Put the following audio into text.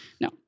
no